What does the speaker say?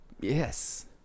Yes